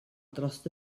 dros